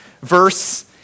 verse